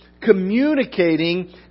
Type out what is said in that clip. communicating